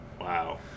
Wow